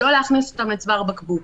ולא להכניס אותם לצוואר בקבוק.